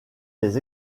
les